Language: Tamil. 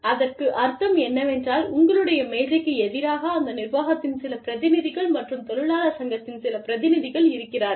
அதற்கு அர்த்தம் என்னவென்றால் உங்களுடைய மேஜைக்கு எதிராக அந்த நிர்வாகத்தின் சில பிரதிநிதிகள் மற்றும் தொழிலாளர் சங்கத்தின் சில பிரதிநிதிகள் இருக்கிறார்கள்